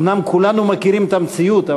אומנם כולנו מכירים את המציאות,